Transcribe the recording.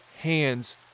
hands